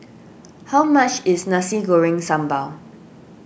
how much is Nasi Goreng Sambal